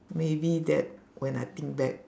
maybe that when I think back